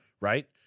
right